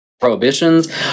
prohibitions